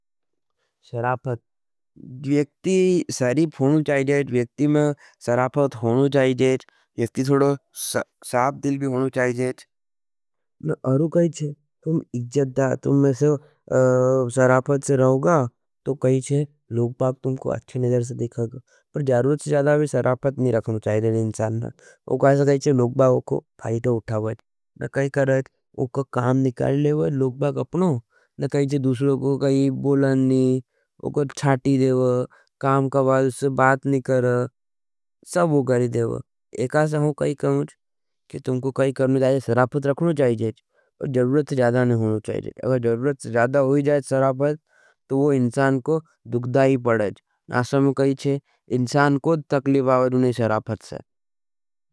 सरापत व्यक्ति सरीप होनु चाहिए। व्यक्ति में सरापत होनु चाहिए। व्यक्ति थोड़ो साप दिल भी होनु चाहिए। अरु कहीच हज, तुम इक्जट दा, तुम मेंसे सरापत से रहोगा, तुम कहीच हज। लोगबाग तुमको अच्छे नजर से दिखागा। पर जरुरत से ज़्यादा भी सरापत नहीं रखनु चाहिए। व्यक्ति कहीच हज, लोगबाग उको फाइड़ो उठावा हज। न कहीच हज, उको काम निकाल लेवा हज। लोगबाग अपनो हज। न कहीच हज, दूसरों को कही बोलन नहीं, उको छाटी देवा। काम कबाद उससे बात नहीं कर, सब उगरिदेवा। एकासा हूं कहीच कहूँच। कि तुमको कहीच करने जाये, सरापत रखने चाहिए। पर जरुरत से ज़्यादा नहीं होने चाहिए। अगर जरुरत से ज़्यादा होई जाये सरापत, तो वो इंसान को दुगदाई पड़ेज। न असमें कहीच हज, इंसान कोद तकलिबावर नहीं सरापत सर।